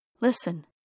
Listen